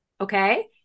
okay